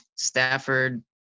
Stafford